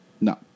No